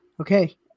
Okay